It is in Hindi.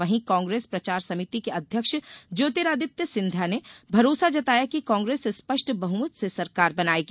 वहीं कांग्रेस प्रचार समिति के अध्यक्ष ज्योतिरादित्य सिंधिया ने भरोसा जताया कि कांग्रेस स्पष्ट बहमत से सरकार बनायेगी